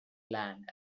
land